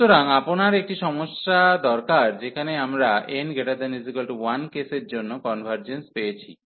সুতরাং আপনার একটি সমস্যা দরকার যেখানে আমরা n≥1 কেসের জন্য কনভার্জেন্স পেয়েছি